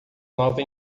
nova